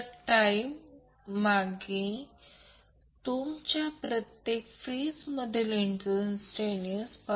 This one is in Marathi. त्याचप्रमाणे Vbc साठी सर्व Vp फेज व्होल्टेज आहेत